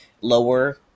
lower